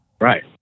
Right